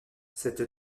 cette